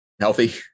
healthy